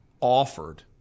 offered